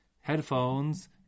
headphones